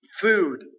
food